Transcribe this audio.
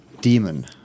Demon